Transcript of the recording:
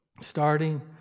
starting